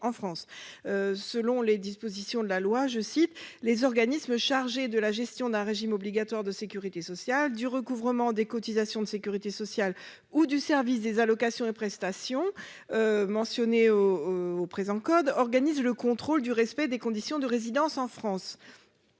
France, selon les dispositions de la loi, je cite, les organismes chargés de la gestion d'un régime obligatoire de Sécurité sociale du recouvrement des cotisations de Sécurité sociale ou du service des allocations et prestations mentionné au au présent code organise le contrôle du respect des conditions de résidence en France